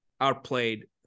outplayed